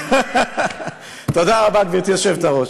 תודה רבה, גברתי היושבת-ראש.